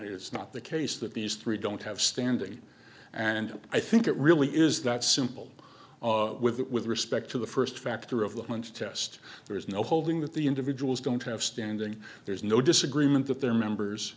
it's not the case that these three don't have standing and i think it really is that simple with respect to the first factor of the month test there is no holding that the individuals don't have standing there's no disagreement that their members